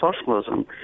socialism